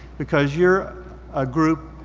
because you're a group,